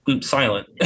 silent